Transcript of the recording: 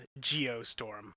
Geostorm